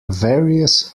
various